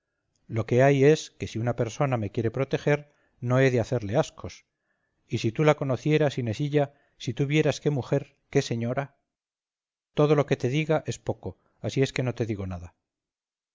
lo que hay es que si una persona me quiere proteger no he de hacerle ascos y si tú la conocieras inesilla si tú vieras qué mujer qué señora todo lo que te diga es poco así es que no te digo nada